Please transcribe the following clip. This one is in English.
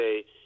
say